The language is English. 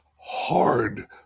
hard